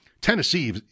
Tennessee